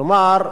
כלומר,